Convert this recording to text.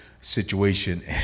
situation